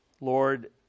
Lord